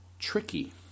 Tricky